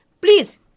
Please